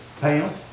Pam